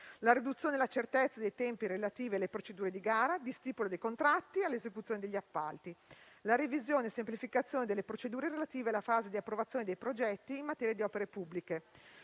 la riduzione e la certezza dei tempi relativi alle procedure di gara e di stipula dei contratti e all'esecuzione degli appalti; la revisione e la semplificazione delle procedure relative alla fase di approvazione dei progetti in materia di opere pubbliche;